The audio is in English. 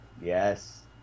yes